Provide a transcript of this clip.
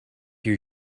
you